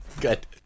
Good